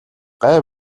гай